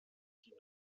die